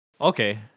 okay